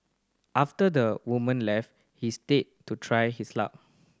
after the woman left he stayed to try his luck